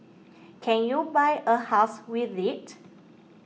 can you buy a house with it